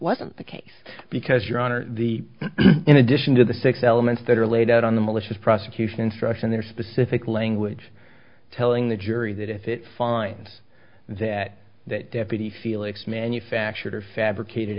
wasn't the case because your honor the in addition to the six elements that are laid out on the malicious prosecution instruction their specific language telling the jury that if it finds that that deputy felix manufactured or fabricated